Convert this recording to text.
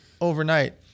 overnight